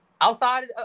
Outside